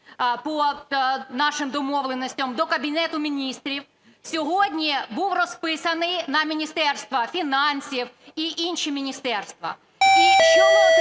по нашим домовленостям, до Кабінету Міністрів, сьогодні був розписаний на Міністерство фінансів і інші міністерства.